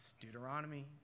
Deuteronomy